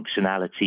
functionality